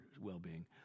well-being